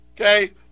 okay